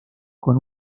con